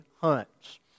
hunts